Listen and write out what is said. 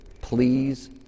Please